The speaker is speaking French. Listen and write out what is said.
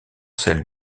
celle